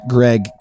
Greg